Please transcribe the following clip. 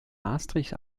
maastricht